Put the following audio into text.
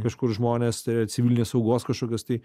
kažkur žmones tai yra civilinės saugos kažkokios tai